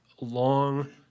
long